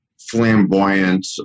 flamboyant